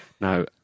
Now